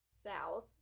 South